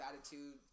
attitude